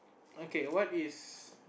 okay what is